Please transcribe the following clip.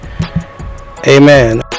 Amen